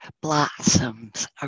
blossoms